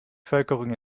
bevölkerung